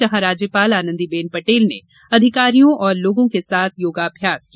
जहां राज्यपाल आनंदी बेन पटेल ने अधिकारियों और लोगों के साथ योगाभ्यास किया